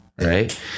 Right